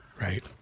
Right